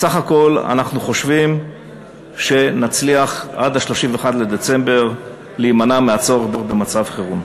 בסך הכול אנחנו חושבים שנצליח עד 31 בדצמבר להימנע מהצורך במצב חירום.